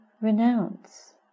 renounce